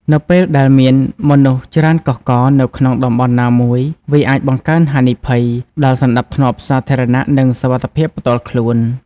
នៅពេលដែលមានមនុស្សច្រើនកុះករនៅក្នុងតំបន់ណាមួយ វាអាច បង្កើនហានិភ័យ ដល់សណ្តាប់ធ្នាប់សាធារណៈ និងសុវត្ថិភាពផ្ទាល់ខ្លួន។